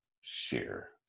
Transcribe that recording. share